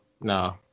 no